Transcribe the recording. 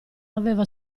aveva